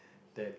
that